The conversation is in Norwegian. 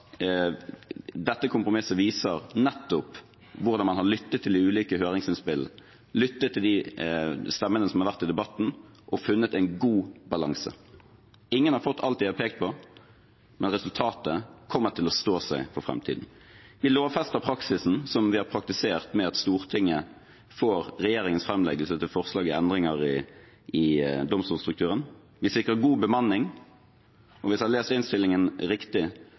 dette kompromisset viser nettopp hvordan man har lyttet til de ulike høringsinnspill, lyttet til de stemmene som har vært i debatten, og funnet en god balanse. Ingen har fått alt de har pekt på, men resultatet kommer til å stå seg for fremtiden. Vi lovfester praksisen, som vi har praktisert, med at Stortinget får regjeringens fremleggelse til forslag til endringer i domstolstrukturen. Vi sikrer god bemanning. Hvis jeg har lest innstillingen riktig,